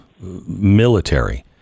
military